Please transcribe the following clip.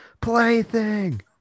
plaything